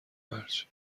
مرج